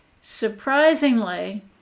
Surprisingly